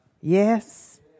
Yes